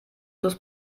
plus